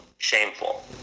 shameful